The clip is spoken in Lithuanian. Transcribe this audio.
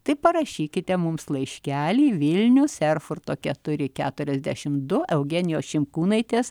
tai parašykite mums laiškelį vilnius erfurto keturi keturiasdešim du eugenijos šimkūnaitės